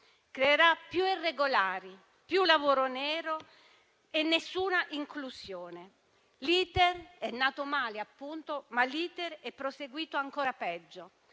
Creerà più irregolari, più lavoro nero e nessuna inclusione. Il provvedimento è nato male, appunto, ma l'*iter* è proseguito ancora peggio,